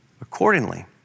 Accordingly